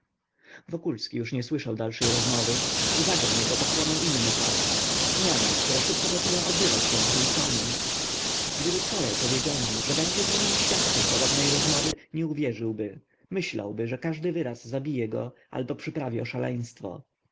bluźnierstw wokulski już nie słyszał dalszej rozmowy uwagę jego pochłonął inny fakt zmiana która szybko poczęła odbywać się w nim samym gdyby wczoraj powiedziano mu że będzie niemym świadkiem podobnej rozmowy nie uwierzyłby myślałby że każdy wyraz zabije go albo przyprawi o